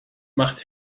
macht